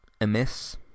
amiss